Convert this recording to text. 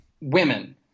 women